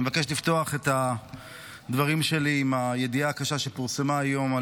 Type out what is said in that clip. אני מבקש לפתוח את הדברים שלי עם הידיעה הקשה שפורסמה היום על